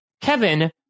Kevin